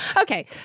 Okay